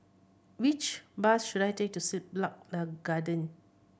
which bus should I take to Siglap Garden